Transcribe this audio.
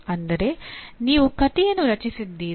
ಅಂದರೆ ನೀವು ಕಥೆಯನ್ನು ರಚಿಸಿದ್ದೀರಿ